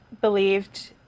believed